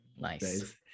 Nice